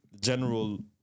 general